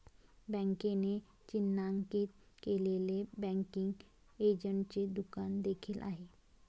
बँकेने चिन्हांकित केलेले बँकिंग एजंटचे दुकान देखील आहे